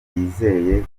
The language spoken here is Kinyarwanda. yizeye